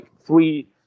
three